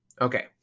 Okay